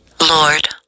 Lord